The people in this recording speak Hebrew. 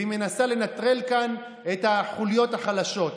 והיא מנסה לנטרל כאן את החוליות החלשות,